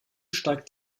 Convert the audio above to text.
steigt